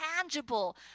tangible